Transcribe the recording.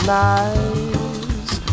nice